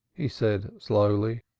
he said slowly.